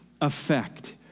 effect